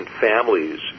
families